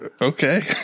okay